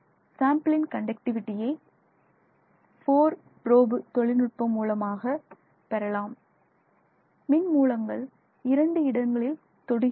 சாம்பிளின் கண்டக்டிவிடியை 4 ப்ரோபு தொழில்நுட்பம் மூலமாக பெறலாம் மின் மூலங்கள் இரண்டு இடங்களில் தொடுகின்றன